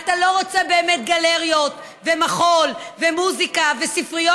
אתה לא רוצה באמת גלריות ומחול ומוזיקה וספריות,